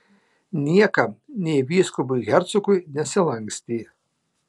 niekam nė vyskupui hercogui nesilankstė